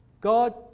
God